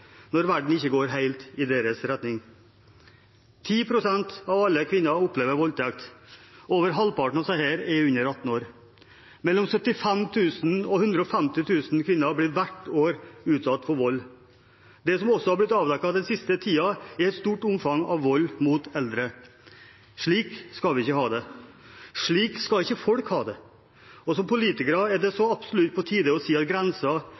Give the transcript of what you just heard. når verden ikke går helt i deres retning. 10 pst. av alle kvinner opplever voldtekt. Over halvparten av disse er under 18 år. Mellom 75 000 og 150 000 kvinner blir hvert år utsatt for vold. Det som også har blitt avdekket den siste tiden, er et stort omfang av vold mot eldre. Slik skal vi ikke ha det. Slik skal ikke folk ha det. For oss som politikere er det så absolutt på tide å si at